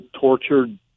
tortured